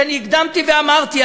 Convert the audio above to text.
שאני הקדמתי ואמרתי,